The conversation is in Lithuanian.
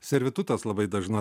servitutas labai dažna